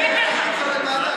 למה?